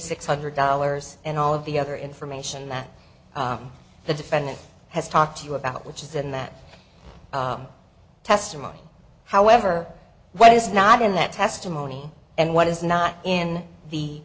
six hundred dollars and all of the other information that the defendant has talked to you about which is in that testimony however what is not in that testimony and what is not in the